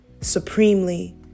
supremely